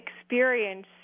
experience